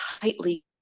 tightly